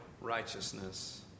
righteousness